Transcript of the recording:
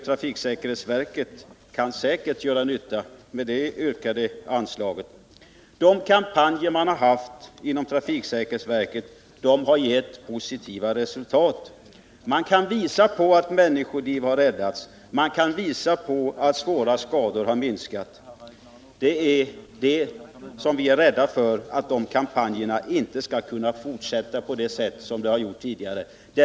Trafiksäkerhetsverket kan säkert nyttiggöra den anslagsökningen. De kampanjer som trafiksäkerhetsverket har haft har också gett positiva resultat. Man kan påvisa att människoliv har räddats och att antalet skador har minskat. Vi är rädda för att dessa kampanjer inte skall kunna fortsätta som tidigare. Därför har vi krävt ytterligare medel.